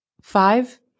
five